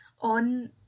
on